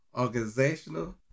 organizational